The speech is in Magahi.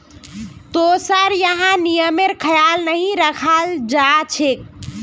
तोसार यहाँ नियमेर ख्याल नहीं रखाल जा छेक